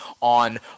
on